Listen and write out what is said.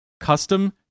custom